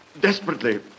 Desperately